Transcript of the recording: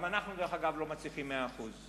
גם אנחנו, דרך אגב, לא מצליחים מאה אחוז.